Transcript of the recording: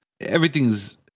everything's